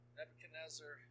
Nebuchadnezzar